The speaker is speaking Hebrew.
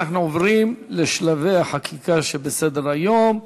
אנחנו עוברים לשלבי החקיקה שבסדר-היום.